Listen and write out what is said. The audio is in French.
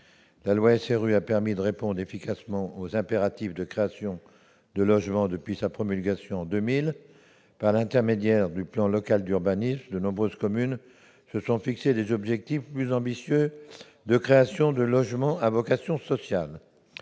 La loi SRU a permis de répondre efficacement aux impératifs de création de logements depuis sa promulgation en 2000. Par l'intermédiaire du plan local d'urbanisme, de nombreuses communes se sont fixé des objectifs plus ambitieux de création de logements à vocation sociale.